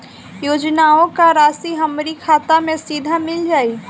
योजनाओं का राशि हमारी खाता मे सीधा मिल जाई?